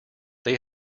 they